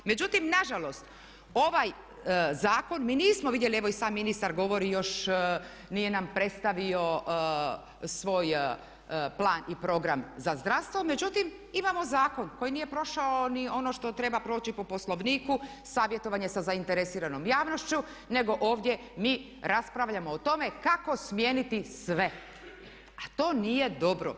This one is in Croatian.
Međutim, nažalost ovaj zakon mi nismo vidjeli, evo i sam ministar govori još nije nam predstavio svoj plan i program za zdravstvo, međutim imamo zakon koji nije prošao ni ono što treba proći po Poslovniku savjetovanje sa zainteresiranom javnošću nego ovdje mi raspravljamo o tome kako smijeniti sve a to nije dobro.